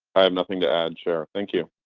i have nothing to add chair. thank you.